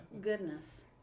Goodness